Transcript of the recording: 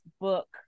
book